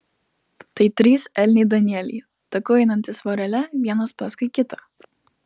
tai trys elniai danieliai taku einantys vorele vienas paskui kitą